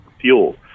fuel